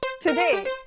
Today